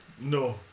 No